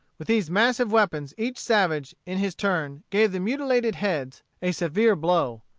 with these massive weapons each savage, in his turn, gave the mutilated heads a severe blow.